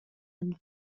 and